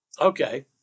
Okay